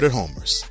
homers